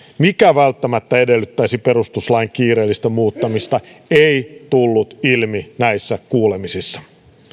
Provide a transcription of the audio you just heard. mikä välttämättä edellyttäisi perustuslain kiireellistä muuttamista ei tullut ilmi näissä kuulemisissa